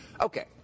Okay